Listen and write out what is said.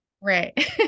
right